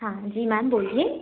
हाँ जी मैम बोलिए